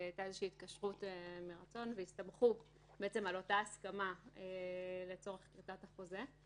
שהייתה איזו התקשרות מרצון והסתמכו על אותה הסכמה לצורך כריתת החוזה,